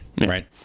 right